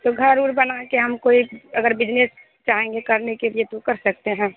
तो घर बनाकर हमको एक अगर बिजनेस चाहेंगे करने के लिए तो कर सकते हैं